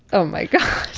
oh my god.